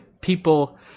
people